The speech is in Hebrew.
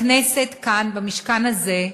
בכנסת, כאן, במשכן הזה,